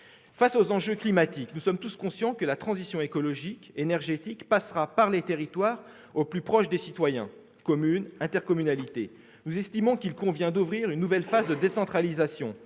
Face aux enjeux climatiques, nous sommes tous conscients que la transition écologique et énergétique doit passer par les territoires qui sont les plus proches des citoyens, c'est-à-dire les communes et intercommunalités. Nous estimons qu'il convient d'ouvrir une nouvelle phase de décentralisation,